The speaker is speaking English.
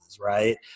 right